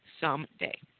Someday